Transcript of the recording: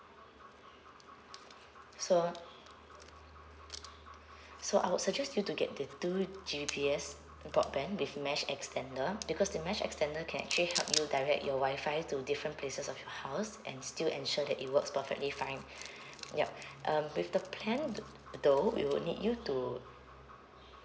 so so I would suggest you to get the two G_B_P_S broadband with mesh extender because the mesh extender can actually help you direct your wifi to different places of your house and still ensure that it works perfectly fine yup um with the plan th~ though it will need you to